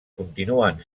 continuen